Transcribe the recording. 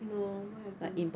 no what happen